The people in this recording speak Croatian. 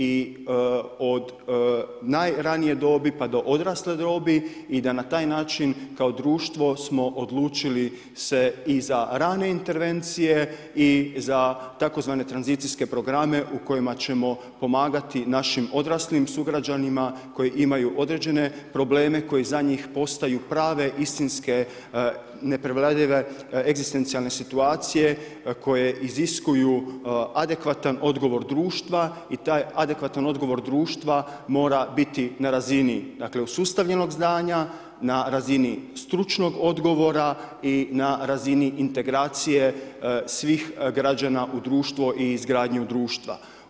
I od najranije dobi, pa do odrasle dobi i da na taj način kao društvo smo odlučili se i za ranije intervencije i za tzv. tranzicijske programe u kojima ćemo pomagati našim odraslim sugrađanima, koji imaju određene probleme, koji za njih postaju prave, istinske, neprevladane egzistencijalne situacije, koji iziskuju adekvatan odgovor društva i taj adekvatan odgovor društva mora biti na razini, dakle, usustavljenog znanja, na razini stručnog odgovora i na razini integracije svih građana u društvo i izgradnji društva.